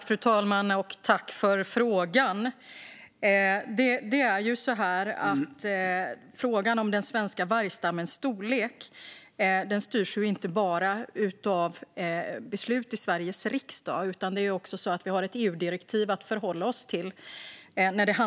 Fru talman! Tack för frågan, Magnus Jacobsson! Den svenska vargstammens storlek styrs inte bara av beslut i Sveriges riksdag, utan vi har också ett EU-direktiv att förhålla oss till.